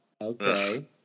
Okay